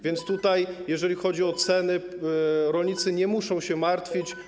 Więc tutaj, jeśli chodzi o ceny, rolnicy nie muszą się martwić.